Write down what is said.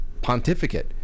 Pontificate